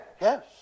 Yes